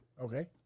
Okay